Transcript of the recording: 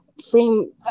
Frame